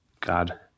God